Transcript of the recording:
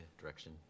direction